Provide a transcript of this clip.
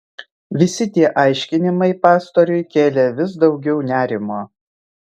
visi tie aiškinimai pastoriui kėlė vis daugiau nerimo